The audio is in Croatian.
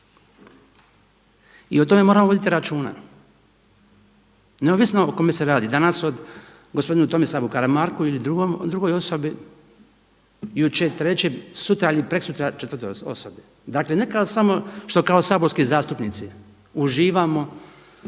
I o tome moramo voditi računa neovisno o kome se radi, danas o gospodinu Tomislavu Karamarku ili drugoj osobi, jučer trećem, sutra ili prekosutra četvrtoj osobi. Dakle, ne samo što samo kao saborski zastupnici uživamo